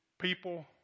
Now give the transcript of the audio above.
People